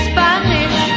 Spanish